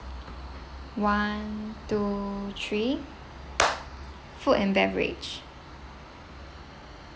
one two three food and beverage